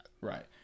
Right